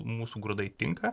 mūsų grūdai tinka